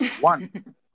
one